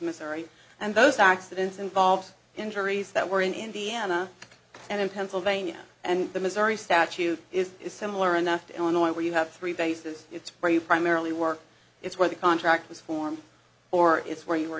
missouri and those accidents involve injuries that were in indiana and in pennsylvania and the missouri statute is is similar enough to illinois where you have three bases it's where you primarily work it's where the contract was formed or it's where you were